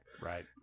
Right